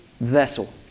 vessel